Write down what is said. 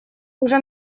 уже